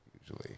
usually